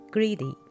Greedy